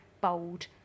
bold